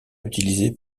utilisé